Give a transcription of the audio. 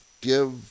give